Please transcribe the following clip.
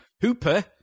Hooper